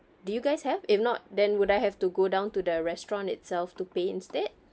did you guys have if not then would I have to go down to the restaurant itself to pay instead